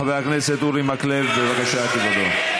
חבר הכנסת אורי מקלב, בבקשה, כבודו.